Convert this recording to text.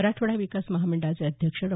मराठवाडा विकास महामंडळाचे अध्यक्ष डॉ